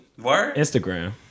Instagram